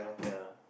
ya